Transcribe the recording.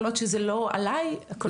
כל עוד שזה לא עליי הכל טוב.